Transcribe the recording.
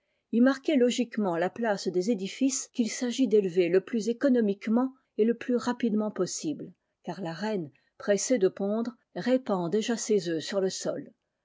cité aarquer logiquement la place des édifices qu'il s'agit d'élever le plus économiquement et le plus rapidement possible car la reine pressée de pondre répand déjà ses œufs sur le sol